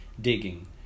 digging